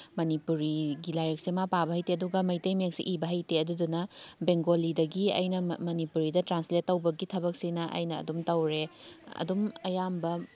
ꯃꯅꯤꯄꯨꯔꯤꯒꯤ ꯂꯥꯏꯔꯤꯛꯁꯦ ꯃꯥ ꯄꯥꯕ ꯍꯩꯇꯦ ꯑꯗꯨꯒ ꯃꯩꯇꯩꯃꯌꯦꯛꯁꯦ ꯏꯕ ꯍꯩꯇꯦ ꯑꯗꯨꯗꯨꯅ ꯕꯦꯡꯒꯣꯂꯤꯗꯒꯤ ꯑꯩꯅ ꯃꯅꯤꯄꯨꯔꯤꯗ ꯇ꯭ꯔꯥꯟꯁꯂꯦꯠ ꯇꯧꯕꯒꯤ ꯊꯕꯛꯁꯤꯅ ꯑꯁꯨꯝ ꯇꯧꯔꯦ ꯑꯗꯨꯝ ꯑꯌꯥꯝꯕ